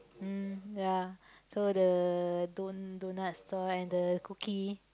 mm ya so the don~ donut store and the cookie